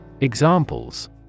Examples